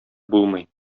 булмый